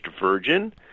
virgin